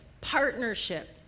partnership